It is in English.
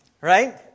Right